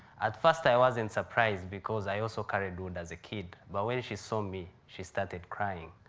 at first i wasn't surprised, because i also carried wood as a kid. but when she saw me, she started crying.